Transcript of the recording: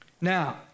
Now